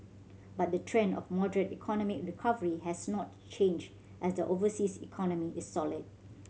but the trend of moderate economic recovery has not changed as the overseas economy is solid